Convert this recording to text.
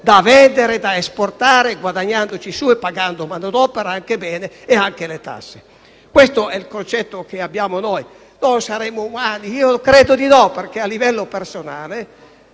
da vendere, da esportare, guadagnandoci su e pagando manodopera, anche bene, e anche le tasse. Questo è il concetto che abbiamo noi. Noi non saremmo umani? Io credo di no, perché a livello personale,